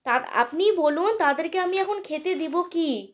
তা আপনি বলুন তাদেরকে আমি এখন খেতে দেব কি